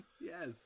Yes